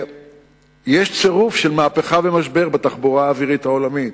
יש צירוף של מהפכה ומשבר בתחבורה האווירית העולמית,